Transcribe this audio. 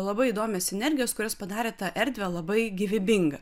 labai įdomios sinergijos kurios padarė tą erdvę labai gyvybinga